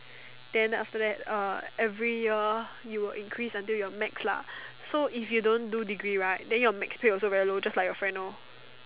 then after that uh every year you'll increase until your max lah so if you don't do degree right then your max pay will also very low just like your friend lor